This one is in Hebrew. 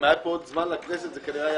אם היה פה עוד זמן לכנסת זה כנראה היה